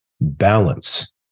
balance